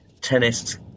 tennis